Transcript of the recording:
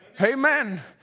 Amen